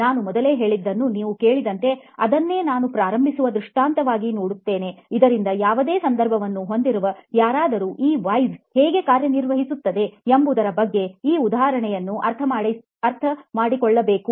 ನಾನು ಮೊದಲೇ ಹೇಳಿದ್ದನ್ನು ನೀವು ಕೇಳಿದಂತೆ ಅದನ್ನೇ ನಾವು ಪ್ರಾರಂಭಿಸುವ ದೃಷ್ಟಾಂತವಾಗಿ ನೋಡುತ್ತೇವೆ ಇದರಿಂದ ಯಾವುದೇ ಸಂದರ್ಭವನ್ನು ಹೊಂದಿರುವ ಯಾರಾದರೂ ಈ 5 Whys ಹೇಗೆ ಕಾರ್ಯನಿರ್ವಹಿಸುತ್ತಾರೆ ಎಂಬುದರ ಬಗ್ಗೆ ಈ ಉದಾಹರಣೆಯನ್ನು ಅರ್ಥಮಾಡಿಕೊಳ್ಳಬಹುದು